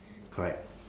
correct